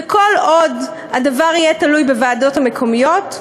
וכל עוד הדבר יהיה תלוי בוועדות המקומיות,